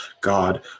God